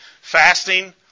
fasting